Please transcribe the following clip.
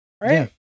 Right